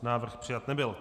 Návrh přijat nebyl.